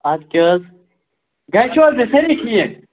اَدٕ کیٛاہ حظ گَرٕ چھِوا حظ تُہی سٲری ٹھیٖک